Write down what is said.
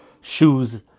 shoes